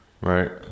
Right